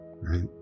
right